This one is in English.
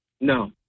No